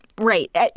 Right